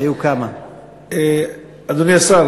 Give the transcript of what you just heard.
אדוני השר,